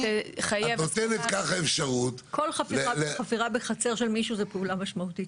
את נותנת ככה אפשרית --- כל חפירה בחצר של מישהו זו פעולה משמעותית,